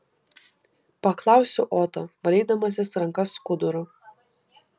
paklausiu oto valydamasis rankas skuduru